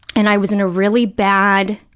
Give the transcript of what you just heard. and i was in a really bad